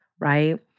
right